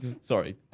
Sorry